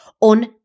on